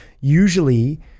usually